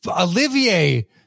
Olivier